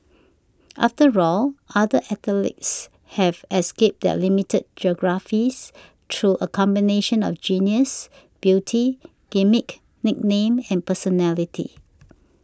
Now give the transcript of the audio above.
after all other athletes have escaped their limited geographies through a combination of genius beauty gimmick nickname and personality